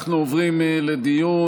אנחנו עוברים לדיון.